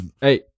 Hey